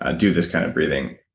ah do this kind of breathing.